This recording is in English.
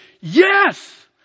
yes